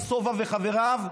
זה סובה וחבריו,